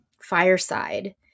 Fireside